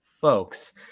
folks